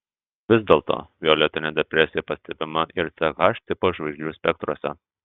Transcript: vis dėlto violetinė depresija pastebima ir ch tipo žvaigždžių spektruose